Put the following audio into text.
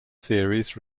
theories